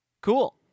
Cool